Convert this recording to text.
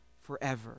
forever